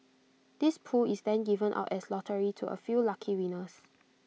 this pool is then given out as lottery to A few lucky winners